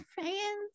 fans